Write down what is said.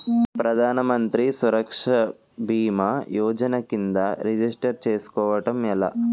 ప్రధాన మంత్రి సురక్ష భీమా యోజన కిందా రిజిస్టర్ చేసుకోవటం ఎలా?